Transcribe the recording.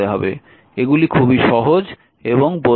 এগুলি খুবই সহজ এবং বোধগম্য